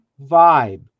vibe